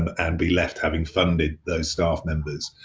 and be left having funded those staff members?